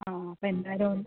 ആ അപ്പം എന്തായാലും ഒന്ന്